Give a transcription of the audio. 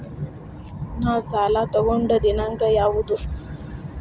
ನಾ ಸಾಲ ತಗೊಂಡು ದಿನಾಂಕ ಯಾವುದು?